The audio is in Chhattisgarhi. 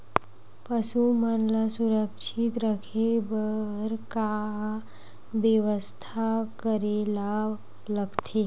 पशु मन ल सुरक्षित रखे बर का बेवस्था करेला लगथे?